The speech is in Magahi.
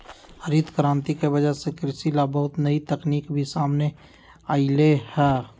हरित करांति के वजह से कृषि ला बहुत नई तकनीक भी सामने अईलय है